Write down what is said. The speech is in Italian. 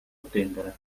attendere